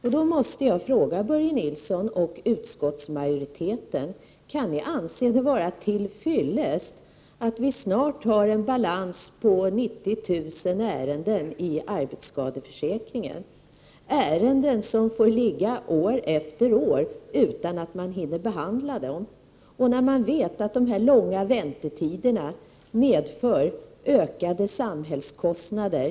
Jag måste fråga Börje Nilsson och utskottsmajoriteten: Kan ni anse det vara tillfyllest att vi snart har en balans på 90 000 ärenden i arbetsskadeförsäkringen, ärenden som får ligga år efter år utan att man hinner behandla dem, samtidigt som man vet att dessa långa väntetider medför ökade samhällskostnader?